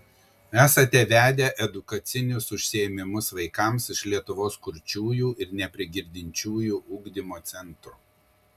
esate vedę edukacinius užsiėmimus vaikams iš lietuvos kurčiųjų ir neprigirdinčiųjų ugdymo centro